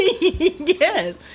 Yes